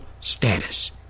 status